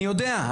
אני יודע.